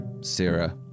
Sarah